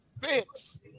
fix